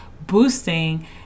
boosting